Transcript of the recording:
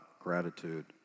gratitude